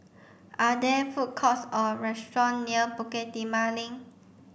are there food courts or restaurant near Bukit Timah Link